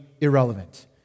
irrelevant